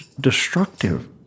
destructive